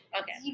Okay